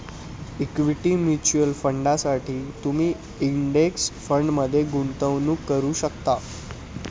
equity mutual फंडांसाठी तुम्ही index फंडमध्ये गुंतवणूक करू शकता